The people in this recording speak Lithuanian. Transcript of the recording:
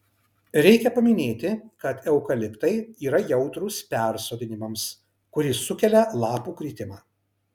reikia paminėti kad eukaliptai yra jautrūs persodinimams kuris sukelia lapų kritimą